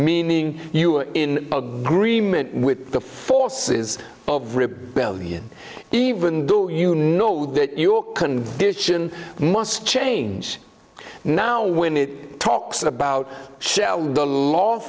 meaning you are in agreement with the forces of rebellion even though you know that your condition must change now when it talks about shell the l